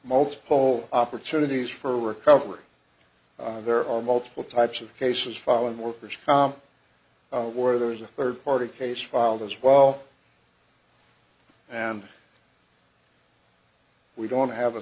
multiple opportunities for recovery there are multiple types of cases filing worker's comp where those a third party case filed as well and we don't have a